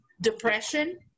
depression